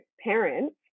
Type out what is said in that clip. parents